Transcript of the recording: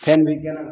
फेन बिक गेलऽ